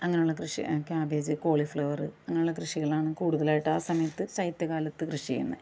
അങ്ങനെയുള്ള കൃഷി cabbage cauliflower അങ്ങനെയുള്ള കൃഷികളാണ് കൂടുതലായിട്ട് ആ സമയത്ത് ശൈത്യകാലത്ത് കൃഷി ചെയ്യുന്നത്